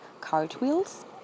cartwheels